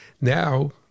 Now